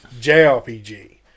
JRPG